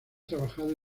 trabajado